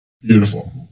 Beautiful